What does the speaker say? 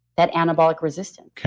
that anabolic resistance.